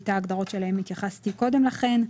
כשאיתה גם ההגדרות שאליהן התייחסתי קודם לכן.